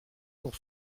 pour